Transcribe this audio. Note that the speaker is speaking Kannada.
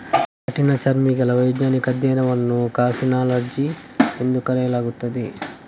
ಕಠಿಣಚರ್ಮಿಗಳ ವೈಜ್ಞಾನಿಕ ಅಧ್ಯಯನವನ್ನು ಕಾರ್ಸಿನಾಲಜಿ ಎಂದು ಕರೆಯಲಾಗುತ್ತದೆ